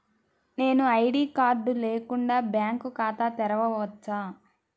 నేను ID card లేకుండా bank ఖాతా తెరవచ్చా?